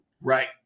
Right